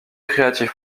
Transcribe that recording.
creative